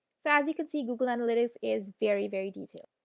so, as you can see google analytics is very very detailed.